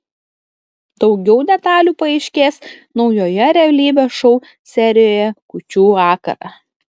daugiau detalių paaiškės naujoje realybės šou serijoje kūčių vakarą